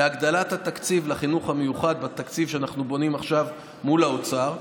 להגדלת התקציב לחינוך המיוחד בתקציב שאנחנו בונים עכשיו מול האוצר.